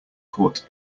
caught